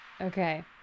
Okay